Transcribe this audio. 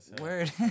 Word